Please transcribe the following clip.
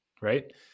Right